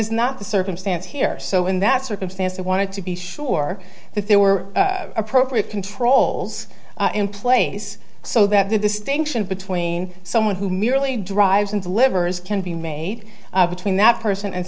is not the circumstance here so in that circumstance i wanted to be sure that there were appropriate controls in place so that the distinction between someone who merely drives and delivers can be made between that person and